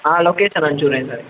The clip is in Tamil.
ஆ லொக்கேஷன் அனுப்பிச்சு விடுறேன் சார்